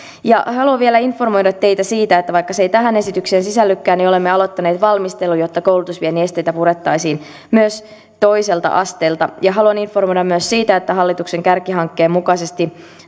haluan vielä informoida teitä siitä että vaikka se ei tähän esitykseen sisällykään niin olemme aloittaneet valmistelun jotta koulutusviennin esteitä purettaisiin myös toiselta asteelta ja haluan informoida myös siitä että hallituksen kärkihankkeen mukaisesti